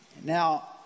Now